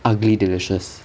ugly delicious